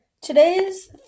Today's